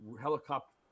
helicopter